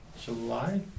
July